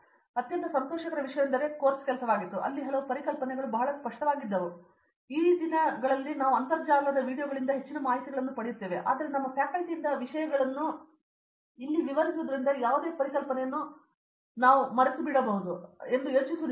ಆದ್ದರಿಂದ ಅತ್ಯಂತ ಸಂತೋಷಕರ ವಿಷಯವೆಂದರೆ ಕೋರ್ಸ್ ಕೆಲಸವಾಗಿತ್ತು ಅಲ್ಲಿ ಹಲವು ಪರಿಕಲ್ಪನೆಗಳು ಬಹಳ ಸ್ಪಷ್ಟವಾಗಿದ್ದವು ಇದೀಗ ದಿನಗಳಲ್ಲಿ ನಾವು ಅಂತರ್ಜಾಲ ವೀಡಿಯೋಗಳಿಂದ ಹೆಚ್ಚಿನ ಮಾಹಿತಿಗಳನ್ನು ಹೊಂದಿದ್ದೇವೆ ಆದರೆ ನಮ್ಮ ಫ್ಯಾಕಲ್ಟಿಯಿಂದ ವಿಷಯಗಳನ್ನು ಇಲ್ಲಿ ವಿವರಿಸುವುದರಿಂದ ಯಾವುದೇ ಪರಿಕಲ್ಪನೆಯನ್ನು ನಾವು ಜೀವನಕ್ಕಾಗಿ ಮರೆತುಬಿಡಬಹುದೆಂದು ಯೋಚಿಸುವುದಿಲ್ಲ